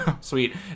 Sweet